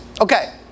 Okay